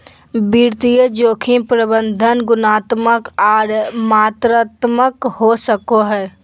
वित्तीय जोखिम प्रबंधन गुणात्मक आर मात्रात्मक हो सको हय